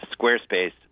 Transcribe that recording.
Squarespace